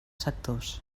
sectors